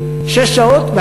שש שעות,